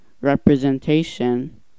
Representation